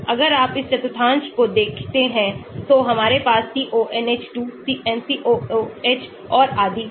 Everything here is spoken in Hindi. अगर आप इस चतुर्थांश को देखते हैं तो हमारे पास CONH2 CN COOH और आदि है